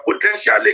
potentially